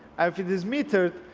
if it is metered,